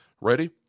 Ready